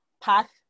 path